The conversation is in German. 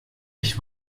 ich